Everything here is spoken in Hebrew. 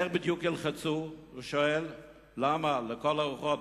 איך בדיוק ילחצו?", שואל לוי, "למה, לכל הרוחות?